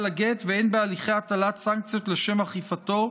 לגט והן בהליכי הטלת סנקציות לשם אכיפתו,